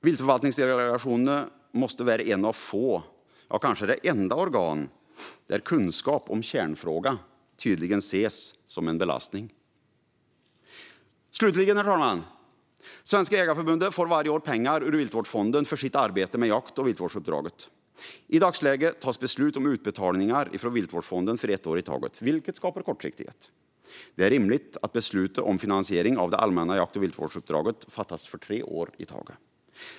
Viltförvaltningsdelegationerna måste tillhöra de få organ där kunskap om kärnfrågan tydligen ses som en belastning; kanske är de det enda. Slutligen, herr talman, får Svenska Jägareförbundet varje år pengar ur viltvårdsfonden för sitt arbete med jakt och viltvårdsuppdraget. I dagsläget tas beslut om utbetalningar från viltvårdsfonden för ett år i taget, vilket skapar kortsiktighet. Det är rimligt att beslut om finansiering av det allmänna jakt och viltvårdsuppdraget fattas för tre år i taget.